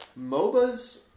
MOBAs